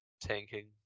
tanking